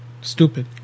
Stupid